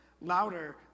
louder